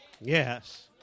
Yes